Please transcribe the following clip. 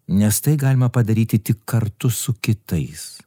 nes tai galima padaryti tik kartu su kitais